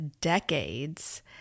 decades